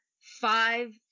five